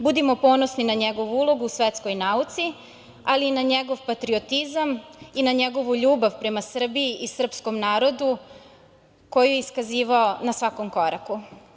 Budimo ponosni na njegovu ulogu u svetskoj nauci, ali i njegov patriotizam i njegovu ljubav prema Srbiji i srpskom narodu, koji je iskazivao na svakom koraku.